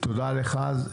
תודה רבה לך.